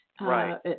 Right